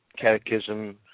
catechism